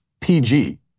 PG